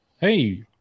Hey